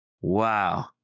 Wow